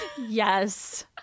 yes